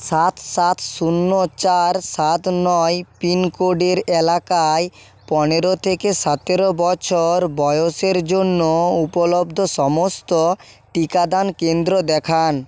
সাত সাত শূন্য চার সাত নয় পিনকোডের এলাকায় পনেরো থেকে সতেরো বছর বয়সের জন্য উপলব্ধ সমস্ত টিকাদান কেন্দ্র দেখান